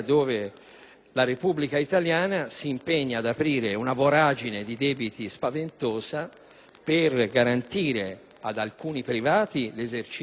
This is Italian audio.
la Repubblica italiana si impegna ad aprire una voragine di debiti spaventosa per garantire ad alcuni privati l'esercizio